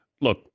Look